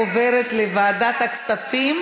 לוועדת הכספים